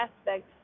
aspects